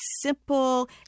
simple